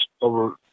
over